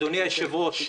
אדוני היושב-ראש,